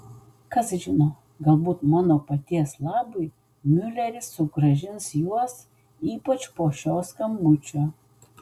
kas žino galbūt mano paties labui miuleris sugrąžins juos ypač po šio skambučio